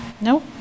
No